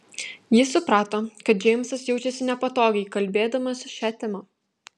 ji suprato kad džeimsas jaučiasi nepatogiai kalbėdamas šia tema